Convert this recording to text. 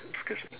excuse me